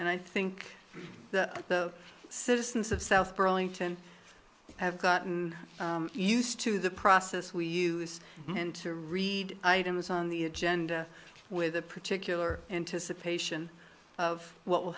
and i think that the citizens of south burlington have gotten used to the process we use and to read items on the agenda with a particular anticipation of what will